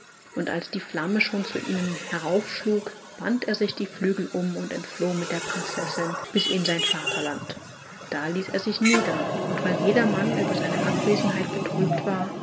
und als die flamme schon zu ihnen heraufschlug band er sich die flügel um und entfloh mit der prinzessin bis in sein vaterland da ließ er sich nieder und weil jedermann über seine abwesenheit betrübt war